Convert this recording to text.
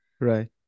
Right